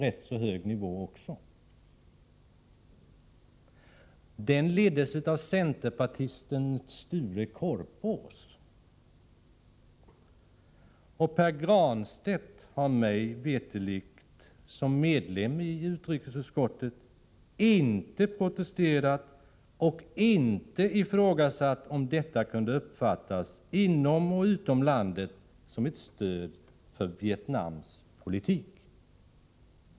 Delegationen leddes av centerpartisten Sture Korpås. Mig veterligt har Pär Granstedt som medlem av utrikesutskottet inte protesterat och inte heller ifrågasatt om detta, inom och utom landet, kunde uppfattas som ett stöd för Vietnams politik.